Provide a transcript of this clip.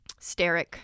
steric